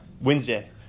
Wednesday